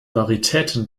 varitäten